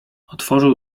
otworzył